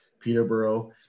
Peterborough